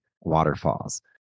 waterfalls